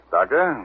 Doctor